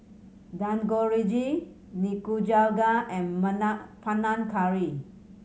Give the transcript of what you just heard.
Dangojiru Nikujaga and Panang Curry